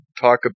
talk